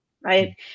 right